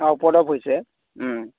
অঁ উপদ্ৰৱ হৈছে